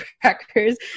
crackers